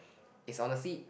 is on the seat